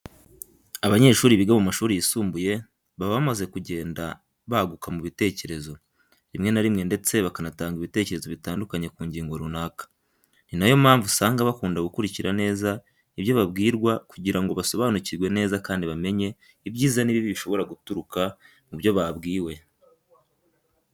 Abanyeshuri biga mu mashuri yisumbuye baba bamaze kugenda baguka mu bitekerezo, rimwe na rimwe ndetse bakanatanga ibitekerezo bitandukanye ku ngingo runaka, ni na yo mpamvu usanga bakunda gukurikirana neza ibyo babwirwa kugira ngo basobanukirwe neza kandi bamenye ibyiza n'ibibi bishobora guturuka mu byo babwiwe.